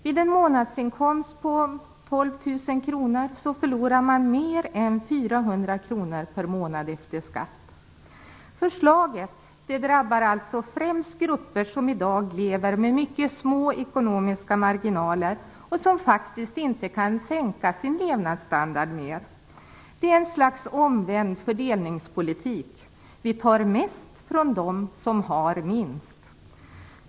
Vid en månadsinkomst på 12 000 kr förlorar man mer än Förslaget drabbar alltså främst grupper som i dag lever med mycket små ekonomiska marginaler och som faktiskt inte kan sänka sin levnadsstandard mer. Det är ett slags omvänd fördelningspolitik. Vi tar mest från dem som har minst.